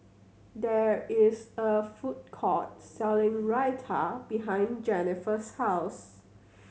there is a food court selling Raita behind Jenniffer's house